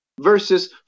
verses